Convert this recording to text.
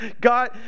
God